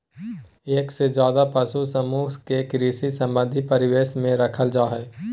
एक से ज्यादे पशु समूह के कृषि संबंधी परिवेश में रखल जा हई